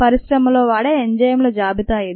పరిశ్రమల్లో వాడే ఎంజైముల జాబితా ఇది